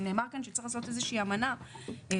אם נאמר כאן שצריך לעשות איזושהי אמנה מוסכמת